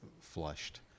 flushed